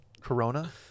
Corona